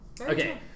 Okay